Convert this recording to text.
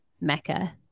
mecca